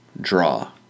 draw